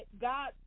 God